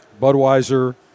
Budweiser